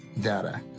data